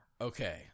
Okay